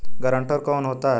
Guarantor कौन होता है?